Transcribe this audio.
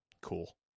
Cool